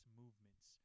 movements